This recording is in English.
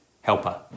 helper